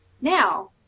Now